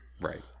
right